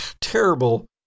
terrible